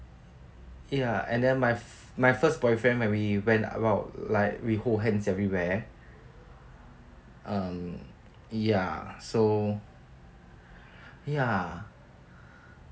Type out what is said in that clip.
ya and then my f~ my first boyfriend when we went about like we hold hands everywhere um ya so ya